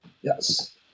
Yes